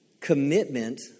Commitment